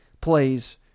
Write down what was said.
plays